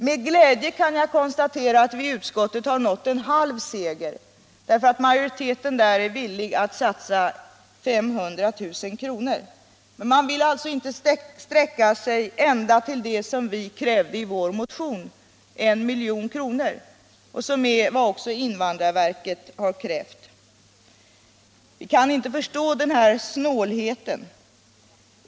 Med glädje kan jag konstatera att vi i utskottet har nått en halv seger därför att majoriteten där är villig att satsa 500 000 kr. Men man vill alltså inte sträcka sig ända till det som vi krävde i vår motion, 1 milj.kr., vilket också är vad invandrarverket har krävt. Vi kan inte förstå denna snålhet.